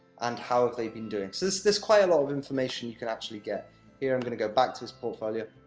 and how have they been doing so, there's quite a lot of information you can, actually, get here. i'm going to go back to his portfolio,